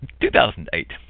2008